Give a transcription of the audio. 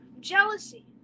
jealousy